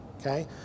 okay